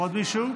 עוד מישהו?